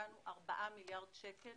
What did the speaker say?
השקענו 4 מיליארד שקל